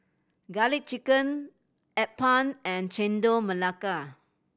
Garlic Chicken appam and Chendol Melaka